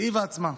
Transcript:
היא ועצמה.